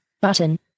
Button